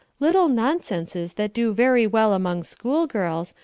little nonsenses that do very well among schoolgirls,